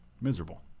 miserable